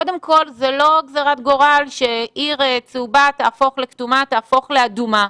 קודם כל זה לא גזירת גורל שעיר צהובה תהפוך לכתומה תהפוך לאדומה,